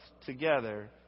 together